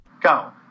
Go